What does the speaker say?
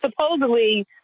supposedly